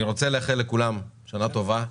אני רוצה לאחל לכולם שנה טובה.